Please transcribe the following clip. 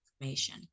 information